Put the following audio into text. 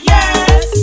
Yes